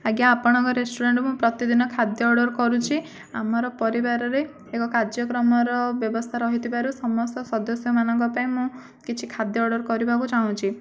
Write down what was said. ଆଜ୍ଞା ଆପଣଙ୍କ ରେଷ୍ଟୁରାଣ୍ଟ୍ରୁ ମୁଁ ପ୍ରତିଦିନ ଖାଦ୍ୟ ଅର୍ଡ଼ର୍ କରୁଛି ଆମର ପରିବାରରେ ଏକ କାର୍ଯ୍ୟକ୍ରମର ବ୍ୟବସ୍ଥା ରହିଥିବାରୁ ସମସ୍ତ ସଦସ୍ୟମାନଙ୍କ ପାଇଁ ମୁଁ କିଛି ଖାଦ୍ୟ ଅର୍ଡ଼ର୍ କରିବାକୁ ଚାହୁଁଛି